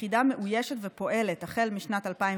היחידה מאוישת ופועלת החל משנת 2019